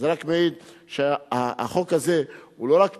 זה רק מעיד שהחוק הזה הוא לא רק טוב,